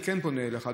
אני כן פונה אליך,